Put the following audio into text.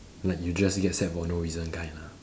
like you just get sad for no reason kind lah